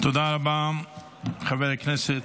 תודה רבה, חבר הכנסת.